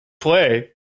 play